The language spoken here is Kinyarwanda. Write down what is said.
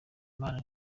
imana